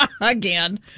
Again